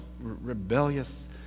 rebellious